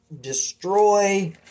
destroy